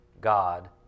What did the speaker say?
God